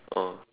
oh